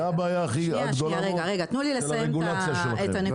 זאת הבעיה הכי גדולה של הרגולציה שלכם.